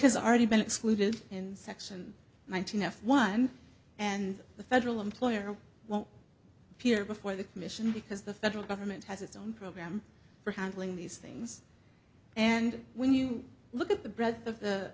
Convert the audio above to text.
has already been excluded in section one thousand f one and the federal employer won't appear before the commission because the federal government has its own program for handling these things and when you look at the breadth of the